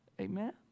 amen